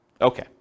Okay